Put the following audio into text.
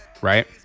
right